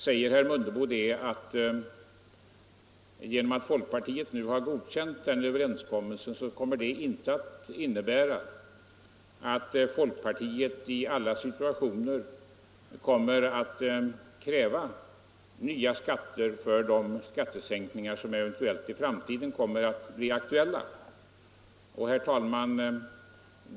Herr Mundebo säger att trots att folkpartiet har godkänt den överenskommelsen innebär det inte att folkpartiet i alla situationer kommer att kräva nya skatter för de skattesänkningar som eventuellt i framtiden kommer att bli aktuella.